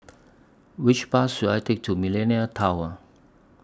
Which Bus should I Take to Millenia Tower